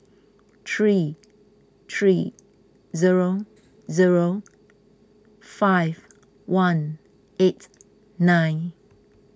three three zero zero five one eight nine